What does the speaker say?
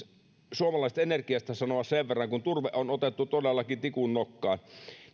suomalaisesta energiasta sanoa sen verran kun turve on otettu todellakin tikunnokkaan